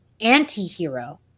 anti-hero